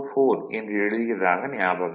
44 என்று எழுதியதாக ஞாபகம்